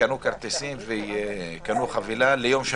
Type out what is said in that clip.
הם